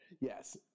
Yes